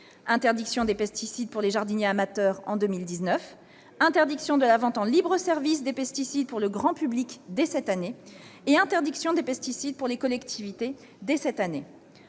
interdiction des pesticides pour les jardiniers amateurs en 2019 ; interdiction de la vente en libre-service des pesticides pour le grand public dès cette année ; interdiction des pesticides pour les collectivités dès cette année.